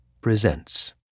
presents